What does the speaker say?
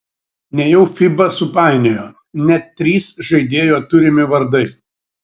nejau fiba supainiojo net trys žaidėjo turimi vardai